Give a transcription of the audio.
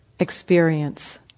Experience